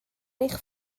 eich